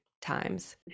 Times